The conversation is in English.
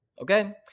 Okay